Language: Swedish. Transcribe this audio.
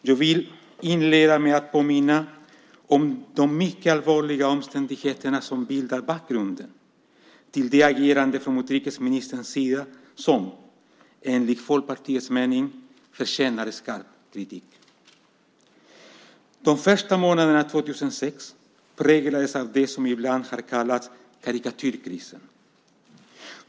Jag vill inleda med att påminna om de mycket allvarliga omständigheter som bildar bakgrunden till det agerande från utrikesministerns sida som enligt Folkpartiets mening förtjänar skarp kritik. De första månaderna 2006 präglades av det som ibland har kallats karikatyrkrisen.